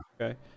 Okay